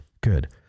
good